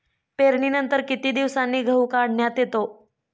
पेरणीनंतर किती दिवसांनी गहू काढण्यात येतो?